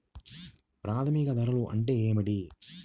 ప్రామాణిక ధరలు అంటే ఏమిటీ?